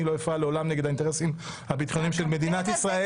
אני לא אפעל לעולם נגד האינטרסים הביטחוניים של מדינת ישראל.